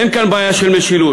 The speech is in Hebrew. אין כאן בעיה של משילות.